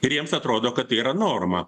ir jiems atrodo kad tai yra norma